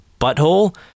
butthole